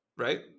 Right